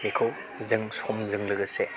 बेखौ जों समजों लोगोसे